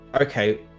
okay